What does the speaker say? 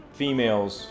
females